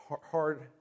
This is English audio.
hard